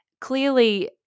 clearly